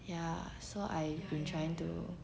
ya so I've been trying to